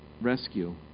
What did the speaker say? rescue